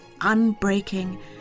unbreaking